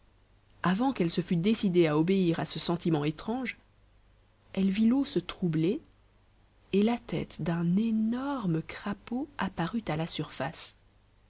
avant qu'elle se fut décidée à obéir à ce sentiment étrange elle vit l'eau se troubler et la tête d'un énorme crapaud apparut à la surface